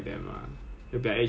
uh 就是这样